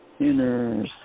Inner